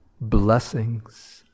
blessings